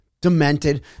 Demented